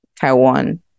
Taiwan